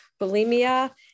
bulimia